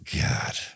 God